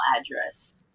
address